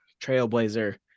trailblazer